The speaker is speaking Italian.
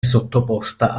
sottoposta